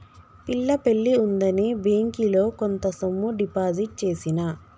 పిల్ల పెళ్లి ఉందని బ్యేంకిలో కొంత సొమ్ము డిపాజిట్ చేసిన